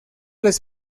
les